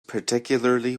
particularly